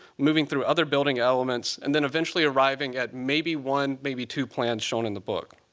moving through other building elements, and then eventually arriving at maybe one, maybe two plans shown in the book.